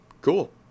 cool